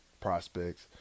prospects